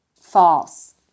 False